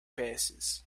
passes